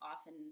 often